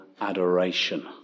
adoration